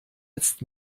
jetzt